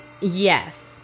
Yes